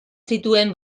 zituen